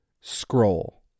Scroll